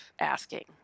asking